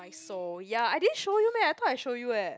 so ya I didn't show you meh I thought I show you eh